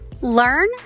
Learn